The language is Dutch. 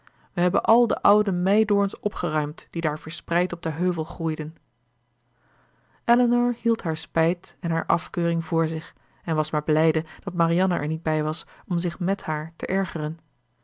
we hebben al de oude meidoorns opgeruimd die daar verspreid op den heuvel groeiden elinor hield haar spijt en haar afkeuring voor zich en was maar blijde dat marianne er niet bij was om zich mèt haar te ergeren